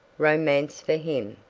romance for him,